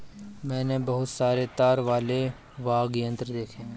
मैंने बहुत सारे तार वाले वाद्य यंत्र देखे हैं